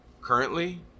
currently